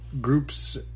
groups